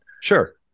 Sure